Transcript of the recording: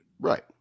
Right